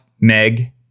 Meg